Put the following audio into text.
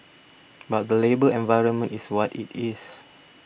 but the labour environment is what it is